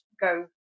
go